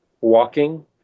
walking